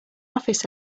office